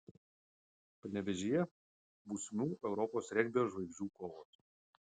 panevėžyje būsimų europos regbio žvaigždžių kovos